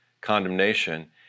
condemnation